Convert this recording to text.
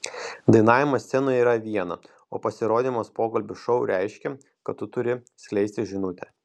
dainavimas scenoje yra viena o pasirodymas pokalbių šou reiškia kad tu turi skleisti žinutę